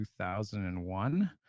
2001